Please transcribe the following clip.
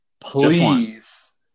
Please